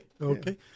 Okay